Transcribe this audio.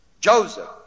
Joseph